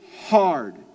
hard